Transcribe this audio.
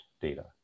data